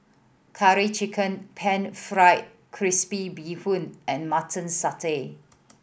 Curry Chicken Pan Fried Crispy Bee Hoon and Mutton Satay